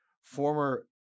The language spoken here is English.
former